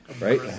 right